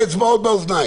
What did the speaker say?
כלשהו.